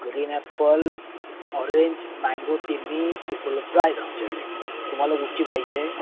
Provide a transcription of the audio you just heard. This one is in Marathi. ग्रीन ॲपल ऑरेंज मँगो टीम्मी उपलब्ध आहेत आमच्याकडे तुम्हाला कुठची पाहिजे आहे